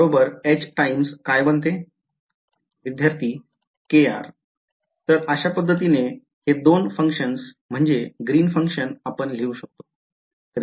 विध्यार्थी k r तर अशा पद्धतीने हे दोन function म्हणजे ग्रीन्स function आपण लिहू शकतो